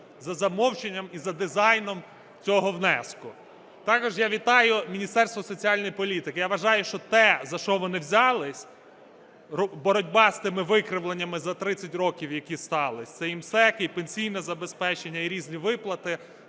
за замовчуванням і за дизайном цього внеску. Також я вітаю Міністерство соціальної політики. Я вважаю, що те, за що вони взялись – боротьба з тими викривленнями, за 30 років які сталися, це і МСЕК, і пенсійне забезпечення, і різні виплати